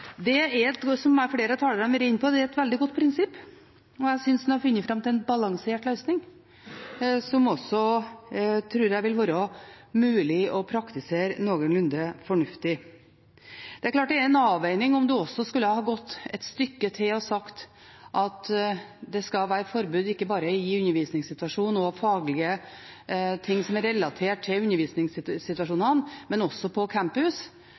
Det er et veldig godt prinsipp – som flere talere har vært inne på – og jeg synes man har funnet fram til en balansert løsning, som jeg også tror vil være mulig å praktisere noenlunde fornuftig. Det er klart det er en avveining om man også skulle gått et stykke til og sagt at det skal være forbud ikke bare i undervisningssituasjoner og faglige situasjoner som er relatert til undervisning, men også på campus.